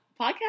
podcast